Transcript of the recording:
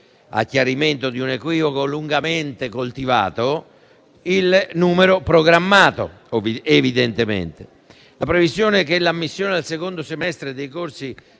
a chiarimento di un equivoco lungamente coltivato, il numero programmato, la previsione che l'ammissione al secondo semestre dei corsi